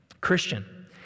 Christian